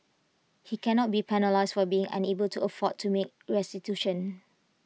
he cannot be penalised for being unable to afford to make restitution